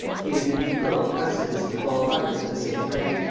gave the new earl precedency of all others of the same rank,